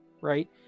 right